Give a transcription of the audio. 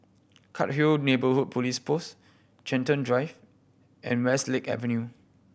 Cairnhill Neighbourhood Police Post Chiltern Drive and Westlake Avenue